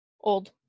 Old